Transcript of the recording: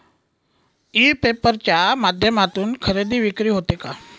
E paper च्या माध्यमातून खरेदी विक्री होते का?